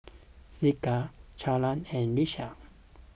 Zeke Charlee and Lesia